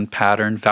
pattern